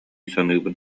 саныыбын